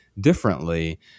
differently